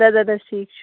ادٕ حظ ادٕ حظ ٹھیٖک چھُ